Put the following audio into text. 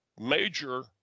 major